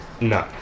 No